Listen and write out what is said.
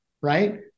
Right